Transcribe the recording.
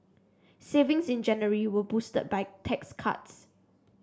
savings in January were boosted by tax cuts